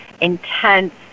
intense